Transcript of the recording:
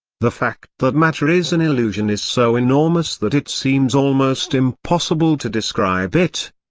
the fact that matter is an illusion is so enormous that it seems almost impossible to describe it.